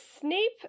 Snape